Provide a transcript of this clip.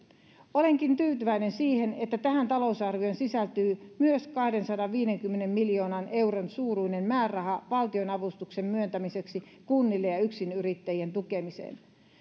olenkin tyytyväinen siihen että tähän talousarvioon sisältyy myös kahdensadanviidenkymmenen miljoonan euron suuruinen määräraha valtionavustuksen myöntämiseksi kunnille ja yksinyrittäjien tukemiseen